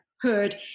heard